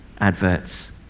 adverts